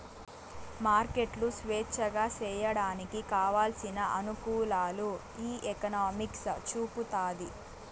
మార్కెట్లు స్వేచ్ఛగా సేసేయడానికి కావలసిన అనుకూలాలు ఈ ఎకనామిక్స్ చూపుతాది